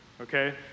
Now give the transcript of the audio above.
okay